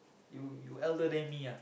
you you elder than me ah